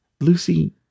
Lucy